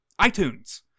iTunes